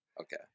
Okay